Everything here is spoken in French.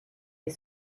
est